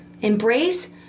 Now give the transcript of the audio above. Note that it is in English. Embrace